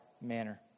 manner